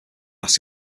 asks